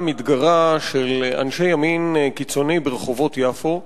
מתגרה של אנשי ימין קיצוני ברחובות יפו.